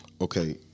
Okay